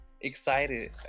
excited